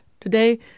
Today